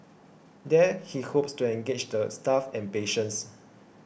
there he hopes to engage the staff and patients